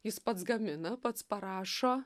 jis pats gamina pats parašo